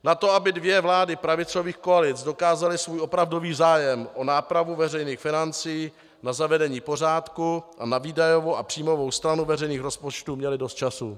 Na to, aby dvě vlády pravicových koalic dokázaly svůj opravdový zájem o nápravu veřejných financí, na zavedení pořádku a na výdajovou a příjmovou stranu veřejných rozpočtů měly dost času.